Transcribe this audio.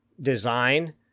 design